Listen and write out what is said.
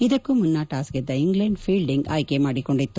ಇದಕ್ಕೂ ಮುನ್ನ ಟಾಸ್ ಗೆದ್ದ ಇಂಗ್ಲೆಂಡ್ ಫೀಲ್ಡಿಂಗ್ ಆಯ್ಕೆ ಮಾಡಿಕೊಂಡಿತ್ತು